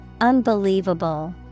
unbelievable